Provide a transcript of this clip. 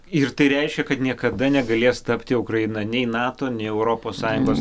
ir tai reiškia kad niekada negalės tapti ukraina nei nato nei europos sąjungos